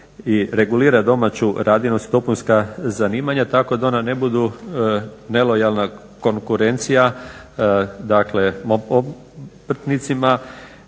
i regulirati domaću radinost i dopunska zanimanja tako da ona ne budu nelojalna konkurencija dakle obrtnicima.